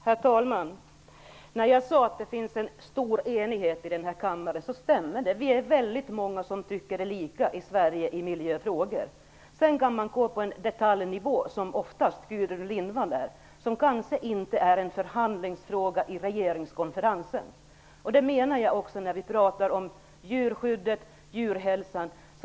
Herr talman! När jag sade att det finns en stor enighet i den här kammaren var det sant. Vi är väldigt många i Sverige som tycker likadant i miljöfrågor. Sedan kan man gå ned till en detaljnivå, där oftast Gudrun Lindvall är, som kanske inte är en förhandlingsfråga för regeringskonferensen. Så menar jag också att det är med djurskyddet och djurhälsan.